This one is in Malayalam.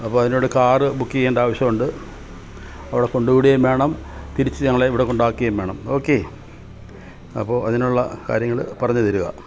അപ്പോൾ അതിന് വേണ്ടി കാറ് ബുക്ക് ചെയ്യേണ്ട ആവശ്യമുണ്ട് അവിടെ കൊണ്ട് വിടുകയും വേണം തിരിച്ച് ഞങ്ങളെ ഇവിടെ കൊണ്ടാക്കുകയും വേണം ഓക്കെ അപ്പോൾ അതിനുള്ള കാര്യങ്ങൾ പറഞ്ഞു തരിക